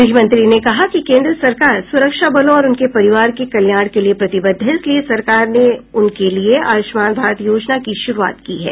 गृहमंत्री ने कहा कि केंद्र सरकार सुरक्षा बलों और उनके परिवार के कल्याण के लिए प्रतिबद्ध है इसलिए सरकार ने उनके लिए आयुष्मान भारत योजना की शुरूआत की है